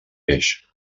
peix